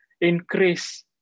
increase